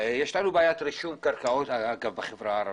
יש לנו בעיית רישום קרקעות בחברה הערבית.